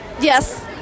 Yes